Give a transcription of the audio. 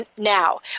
now